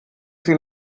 sie